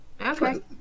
Okay